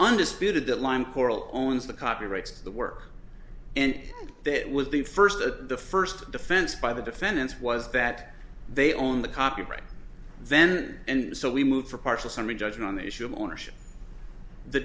undisputed that line coral owns the copyright to the work and that was the first that the first defense by the defendants was that they own the copyright then and so we moved for partial summary judgment on the issue of ownership the